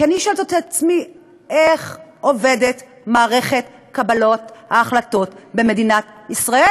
כי אני שואלת את עצמי: איך עובדת מערכת קבלת ההחלטות במדינת ישראל?